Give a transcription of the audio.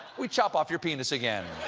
we chop off your penis again?